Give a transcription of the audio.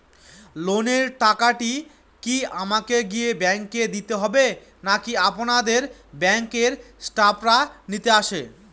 লোনের টাকাটি কি আমাকে গিয়ে ব্যাংক এ দিতে হবে নাকি আপনাদের ব্যাংক এর স্টাফরা নিতে আসে?